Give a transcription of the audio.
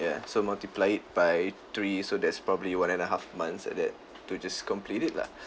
ya so multiply it by three so that's probably one and a half months like that to just complete it lah